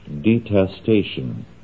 detestation